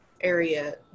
area